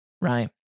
right